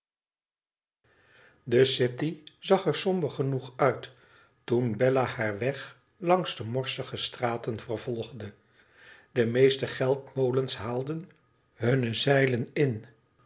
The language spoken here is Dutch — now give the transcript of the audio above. de city zag er somber genoeg uit toen bella haar weg langs de morsige straten vervolgde de meeste geldmolens haalden hunne zeilen in